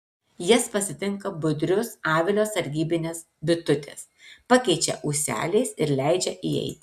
jas pasitinka budrius avilio sargybinės bitutės pakeičia ūseliais ir leidžia įeiti